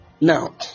Now